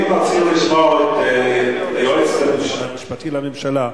אם רצית לשמוע את היועץ המשפטי לממשלה,